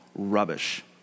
rubbish